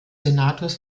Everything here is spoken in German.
senators